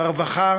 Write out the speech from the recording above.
ברווחה